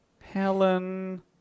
Helen